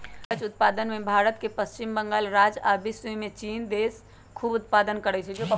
कागज़ उत्पादन में भारत के पश्चिम बंगाल राज्य आ विश्वमें चिन देश खूब उत्पादन करै छै